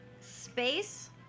Space